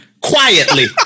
quietly